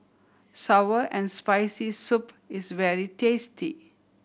sour and Spicy Soup is very tasty